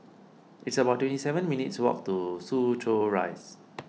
it's about twenty seven minutes' walk to Soo Chow Rise